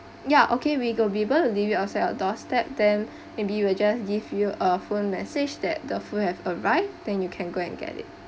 ya okay we go we will live it outside your doorstep then maybe he will just give you a phone message that the food have arrived then you can go and get it